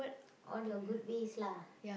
all your good ways lah